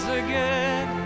again